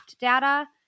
data